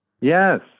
yes